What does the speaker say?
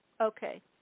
Okay